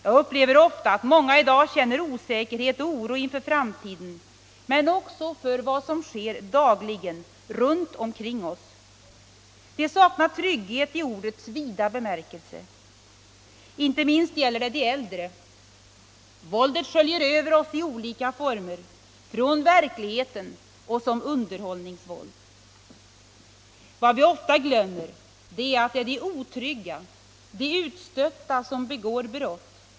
Jag upplever ofta att människor känner osäkerhet och oro inför framtiden men också för vad som sker dagligen runt omkring oss. De saknar trygghet i ordets vida bemärkelse. Inte minst gäller det de äldre. Våldet sköljer över oss i olika former — från verkligheten och som underhållningsvåld. Vad vi många gånger glömmer är att det är de otrygga, de utstötta som begår brott.